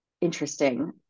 interesting